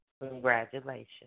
congratulations